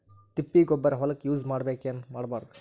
ತಿಪ್ಪಿಗೊಬ್ಬರ ಹೊಲಕ ಯೂಸ್ ಮಾಡಬೇಕೆನ್ ಮಾಡಬಾರದು?